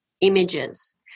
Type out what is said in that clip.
images